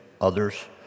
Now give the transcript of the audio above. others